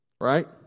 Right